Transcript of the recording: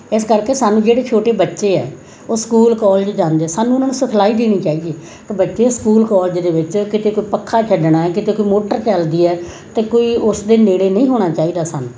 ਇਸ ਕਰਕੇ ਸਾਨੂੰ ਜਿਹੜੇ ਛੋਟੇ ਬੱਚੇ ਆ ਉਹ ਸਕੂਲ ਕਾਲਜ ਜਾਂਦੇ ਸਾਨੂੰ ਉਹਨਾਂ ਨੂੰ ਸਿਖਲਾਈ ਦੇਣੀ ਚਾਹੀਦੀ ਕਿ ਬੱਚੇ ਸਕੂਲ ਕਾਲਜ ਦੇ ਵਿੱਚ ਕਿਤੇ ਕੋਈ ਪੱਖਾ ਛੱਡਣਾ ਹੈ ਕਿਤੇ ਕੋਈ ਮੋਟਰ ਚੱਲਦੀ ਹੈ ਤਾਂ ਕੋਈ ਉਸ ਦੇ ਨੇੜੇ ਨਹੀਂ ਹੋਣਾ ਚਾਹੀਦਾ ਸਾਨੂੰ